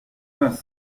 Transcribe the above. vingt